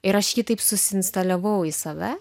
ir aš jį taip susiinstaliavau į save